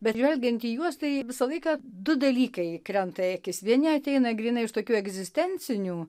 bet žvelgiant į juos tai visą laiką du dalykai krenta į akis vieni ateina grynai iš tokių egzistencinių